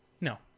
No